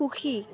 সুখী